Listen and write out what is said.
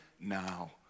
now